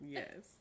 yes